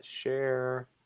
share